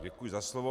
Děkuji za slovo.